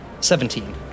Seventeen